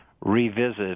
revisit